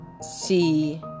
see